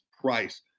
price